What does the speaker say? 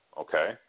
okay